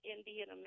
Indian